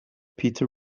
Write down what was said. peter